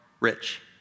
rich